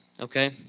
okay